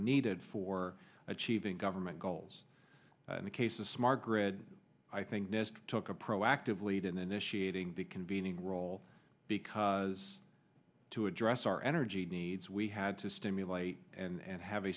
needed for achieving government goals in the case of smart grid i think nist took a proactive lead in initiating the convening role because to address our energy needs we had to stimulate and have a